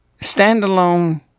standalone